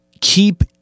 keep